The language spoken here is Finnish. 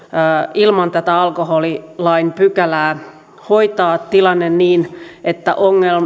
ilman tätä alkoholilain pykälää hoitaa tilanne niin että